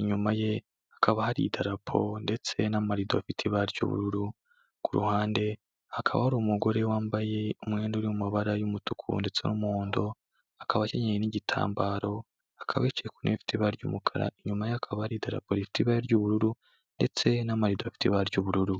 inyuma ye hakaba hari idarapo ndetse n'amarido afite ibara ry'ubururu, ku ruhande hakaba hari umugore wambaye umwenda uri mu mabara y'umutuku ndetse n'umuhondo, akaba akenyeye n'igitambaro, akaba yicaye ku ntebe ifite ibara ry'umukara, inyuma ye hakaba hari idarapo rifite ibara ry'ubururu ndetse n'amarido afite ibara ry'ubururu.